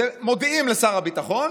מודיעים לשר הביטחון